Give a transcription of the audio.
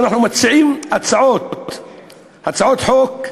כשאנחנו מציעים הצעות חוק,